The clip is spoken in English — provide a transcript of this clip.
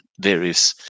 various